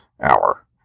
hour